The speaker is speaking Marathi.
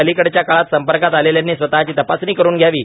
अलीकडच्या काळात संपर्कात आलेल्यांनी स्वतःची तपासणी करून घ्यावी